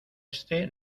éste